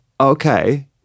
okay